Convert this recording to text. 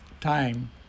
time